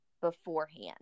beforehand